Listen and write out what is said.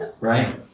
Right